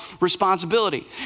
responsibility